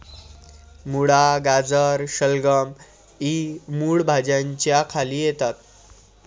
मुळा, गाजर, शलगम इ मूळ भाज्यांच्या खाली येतात